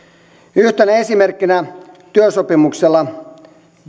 yhtenä esimerkkinä työsopimuksella